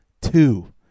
two